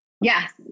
Yes